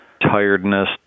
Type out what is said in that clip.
tiredness